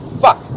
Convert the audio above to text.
Fuck